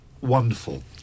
wonderful